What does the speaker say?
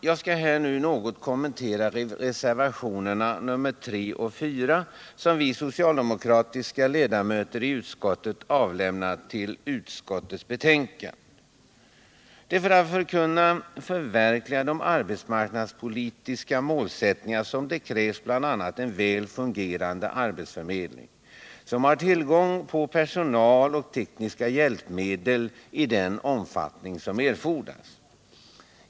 Jag skall här något kommentera reservationerna 3 och 4 som vi socialdemokratiska ledamöter i utskottet avlämnat till utskottets betänkande. För att kunna förverkliga de arbetsmarknadspolitiska målsättningarna krävs bl.a. en väl fungerande arbetsförmedling, som har tillgång på personal och tekniska hjälpmedel i den omfattning som erfordras.